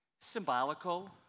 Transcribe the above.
symbolical